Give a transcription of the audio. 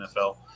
NFL